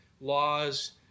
laws